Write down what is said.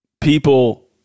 people